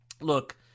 Look